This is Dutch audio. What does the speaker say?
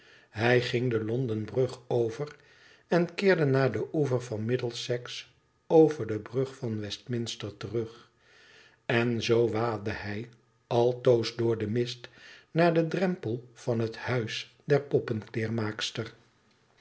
hij ging de london brug over en keerde naar den oever van middlesex over de brug van westminster terug en zoo waadde hij altoos door den mist naar den drempel van het huis der